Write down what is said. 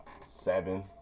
seven